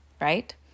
right